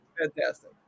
Fantastic